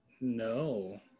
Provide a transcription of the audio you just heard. No